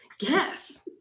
yes